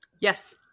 Yes